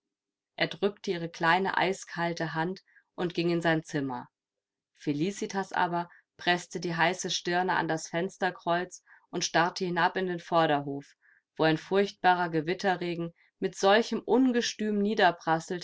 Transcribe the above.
er drückte ihre kleine eiskalte hand und ging in sein zimmer felicitas aber preßte die heiße stirne an das fensterkreuz und starrte hinab in den vorderhof wo ein furchtbarer gewitterregen mit solchem ungestüm